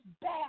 bad